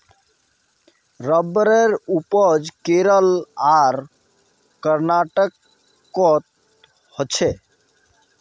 रबरेर उपज केरल आर कर्नाटकोत होछे